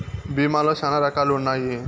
భీమా లో శ్యానా రకాలు ఉన్నాయి